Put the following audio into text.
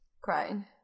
crying